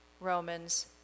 Romans